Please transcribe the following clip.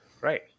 Right